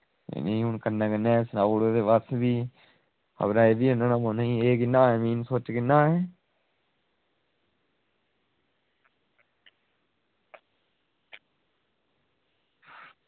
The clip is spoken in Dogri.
हून कन्नै कन्नै गै सनाई ओड़ो बस भी खबरै ओह्बी आह्नना पौना ई एह् सुच्च किन्ने दा एह्